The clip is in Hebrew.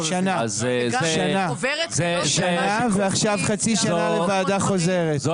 הוסבר לשופטת שיושבת בראש הוועדה את